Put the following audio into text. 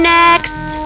next